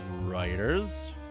writers